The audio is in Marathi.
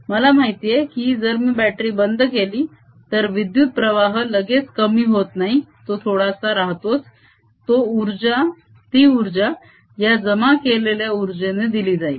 मला माहितेय की जर मी बतेरी बंद केली तर विद्युत प्रवाह लगेच कमी होत नाही तो थोडासा राहतोच ती उर्जा या जमा केलेल्या उर्जेने दिली जाईल